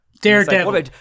Daredevil